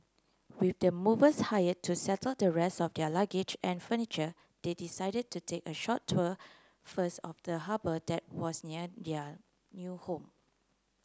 with the movers hire to settle the rest of their luggage and furniture they decided to take a short tour first of the harbour that was near their new home